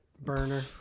burner